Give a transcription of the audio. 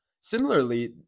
Similarly